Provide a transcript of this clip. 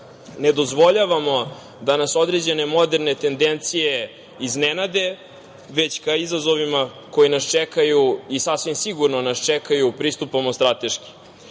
ne dozvoljavamo da nas određene moderne tendencije iznenade, već ka izazovima koji nas čekaju, i sasvim sigurno nas čekaju, pristupamo strateški. Strateški